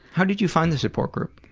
how did you find the support group?